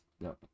no